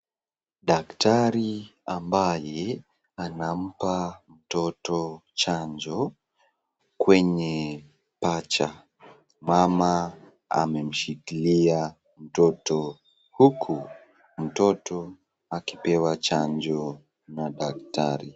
Dakitari ambaye anampa mtoto chanjo, kwenye paja mama amemshikilia mtoto, huku mtoto akipewa chanjo na dakitari.